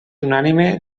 unànime